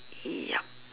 yup